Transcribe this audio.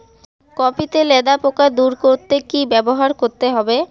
Copy তে লেদা পোকা দূর করতে কি ব্যবহার করতে হবে?